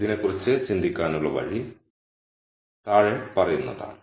ഇതിനെ കുറിച്ച് ചിന്തിക്കാനുള്ള വഴി താഴെ പറയുന്നതാണ്